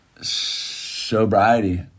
sobriety